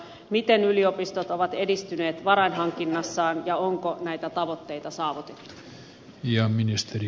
miten yliopistot ovat edistyneet varainhankinnassaan ja onko näitä tavoitteita saavutettu